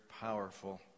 powerful